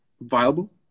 viable